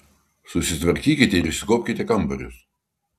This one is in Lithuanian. susitvarkykite ir išsikuopkite kambarius